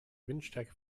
windstärke